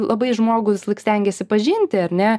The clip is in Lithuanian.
labai žmogų visąlaik stengiesi pažinti ar ne